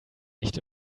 nicht